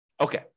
Okay